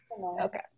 Okay